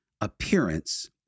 Appearance